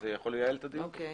זה יכול לייעל את הדיון.